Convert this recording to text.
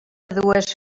dues